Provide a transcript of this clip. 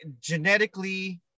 genetically